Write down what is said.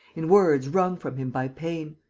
in words wrung from him by pain.